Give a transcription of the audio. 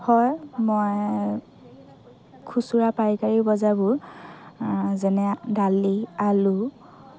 হয় মই খুচুৰা পাইকাৰী বজাৰবোৰ যেনে দালি আলু